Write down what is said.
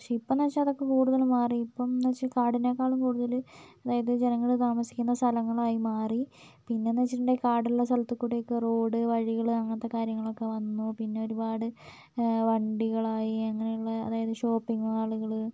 പക്ഷേ ഇപ്പോൾ എന്ന് വെച്ചാൽ അതൊക്കെ കൂടുതലും മാറി ഇപ്പം എന്ന് വെച്ചാൽ കാടിനേക്കാളും കൂടുതൽ അതായത് ജനങ്ങൾ താമസിക്കുന്ന സ്ഥലങ്ങളായി മാറി പിന്നെയെന്ന് വെച്ചിട്ടുണ്ടെങ്കിൽ കാടുള്ള സ്ഥലത്തിൽക്കൂടെയൊക്കെ റോഡ് വഴികൾ അങ്ങനത്തെ കാര്യങ്ങളൊക്കെ വന്നു പിന്നെ ഒരുപാട് വണ്ടികളായി അങ്ങനെയുള്ള അതായത് ഷോപ്പിംഗ് മാളുകൾ